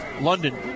London